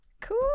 Cool